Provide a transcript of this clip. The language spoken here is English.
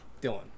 Dylan